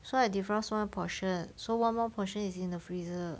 so I defrost one portion so one more portion is in the freezer